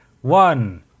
one